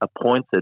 appointed